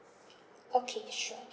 okay sure